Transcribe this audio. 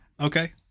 Okay